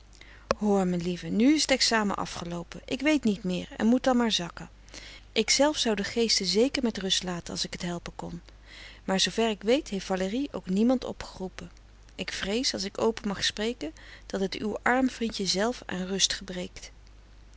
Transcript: hoor mijn lieve nu is t examen afgeloopen ik weet niet meer en moet dan maar zakken ik zelf zou de geesten zeker met rust laten als ik t helpen kon maar zoover ik weet heeft valérie ook niemand opgeroepen ik vrees als ik open mag spreken frederik van eeden van de koele meren des doods dat het uw arm vriendje zelf aan rust gebreekt